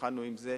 והתחלנו עם זה,